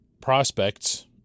prospects